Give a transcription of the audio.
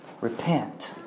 repent